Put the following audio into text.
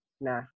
nah